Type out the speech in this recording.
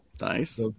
Nice